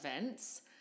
events